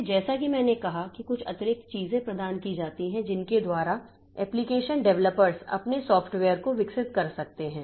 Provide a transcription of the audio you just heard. इसलिए जैसा कि मैंने कहा कि कुछ अतिरिक्त चीजें प्रदान की जाती हैं जिनके द्वारा एप्लिकेशन डेवलपर्स अपने सॉफ्टवेयर को विकसित कर सकते हैं